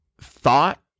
thought